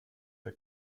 der